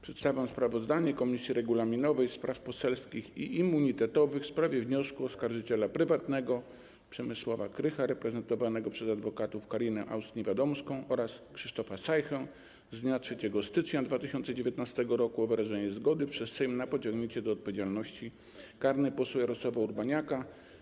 Przedstawiam sprawozdanie Komisji Regulaminowej, Spraw Poselskich i Immunitetowych w sprawie wniosku oskarżyciela prywatnego Przemysława Krycha reprezentowanego przez adwokatów Karinę Aust-Niewiadomską oraz Krzysztofa Sajchtę z dnia 3 stycznia 2019 r. o wyrażenie zgody przez Sejm na pociągnięcie do odpowiedzialności karnej posła Jarosława Urbaniaka.